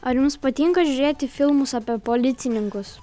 ar jums patinka žiūrėti filmus apie policininkus